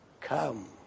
Come